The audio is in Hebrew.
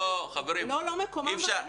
לא לא מקומם בגנים.